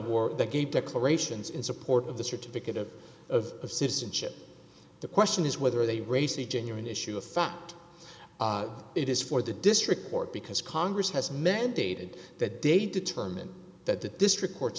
war they gave declarations in support of the certificate of of citizenship the question is whether they raise the genuine issue of fact it is for the district court because congress has mandated that day determine that the district courts